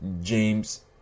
James